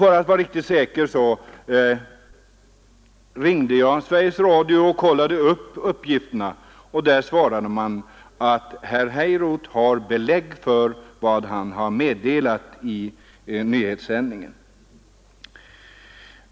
För att vara riktigt säker ringde jag Sveriges Radio och kollade upp uppgifterna, och man svarade där att herr Heiroth har belägg för vad han meddelat i nyhetssändningen.